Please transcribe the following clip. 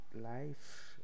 life